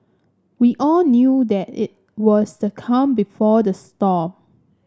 we all knew that it was the calm before the storm